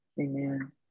Amen